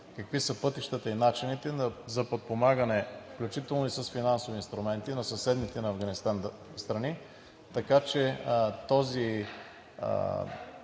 какви са пътищата и начините за подпомагане, включително и с финансови инструменти на съседните на Афганистан страни. Така че в